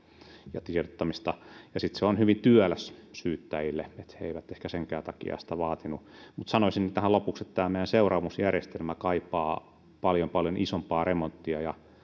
ja tiedottamista sitten se on hyvin työläs syyttäjille eli he eivät ehkä senkään takia ole sitä vaatineet mutta sanoisin tähän lopuksi että tämä meidän seuraamusjärjestelmä kaipaa paljon paljon isompaa remonttia ja